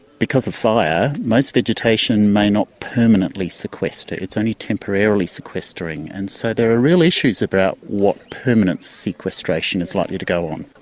because of fire most vegetation may not permanently sequester it's only temporarily sequestering. and so there are real issues about what permanent sequestration is likely to go on.